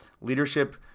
leadership